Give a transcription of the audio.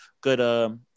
good